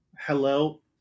Hello